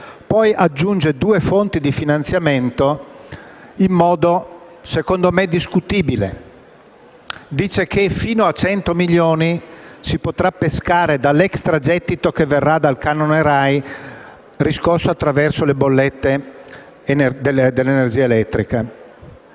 Poi aggiunge due fonti di finanziamento in modo secondo me discutibile. Dice che fino a 100 milioni si potrà pescare dall'extragettito che verrà dal canone RAI riscosso attraverso le bollette dell'energia elettrica.